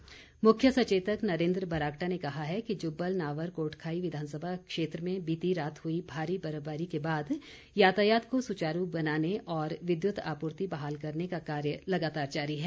बरागटा मुख्य सचेतक नरेंद्र बरागटा ने कहा है कि जुब्बल नावर कोटखाई विधानसभा क्षेत्र में बीती रात हुई भारी बर्फबारी के बाद यातायात को सुचारू बनाने और विद्युत आपूर्ति बहाल करने का कार्य लगातार जारी है